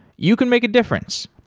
you can make a difference.